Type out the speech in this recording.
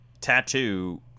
tattoo